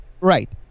right